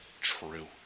true